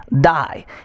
die